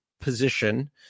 position